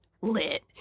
lit